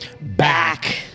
Back